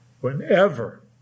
Whenever